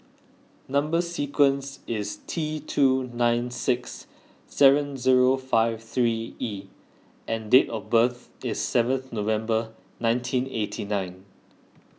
Number Sequence is T two nine six seven zero five three E and date of birth is seventh November nineteen eighty nine